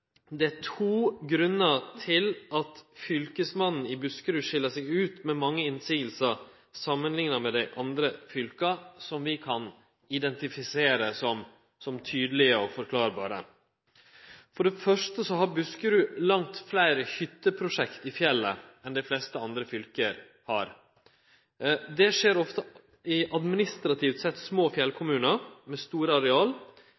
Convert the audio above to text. Det er to grunnar til at Fylkesmannen i Buskerud skil seg ut med mange motsegner – samanlikna med dei andre fylka – som vi kan identifisere som tydelege og forklarande. For det første har Buskerud langt fleire hytteprosjekt i fjellet enn dei fleste andre fylke. Det skjer ofte i administrativt sett små fjellkommunar med store areal,